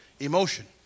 Emotion